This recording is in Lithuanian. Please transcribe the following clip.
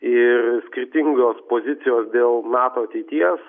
ir skirtingos pozicijos dėl nato ateities